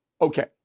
Okay